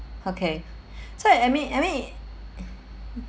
okay so I mean I mean